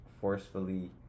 forcefully